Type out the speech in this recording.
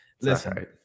Listen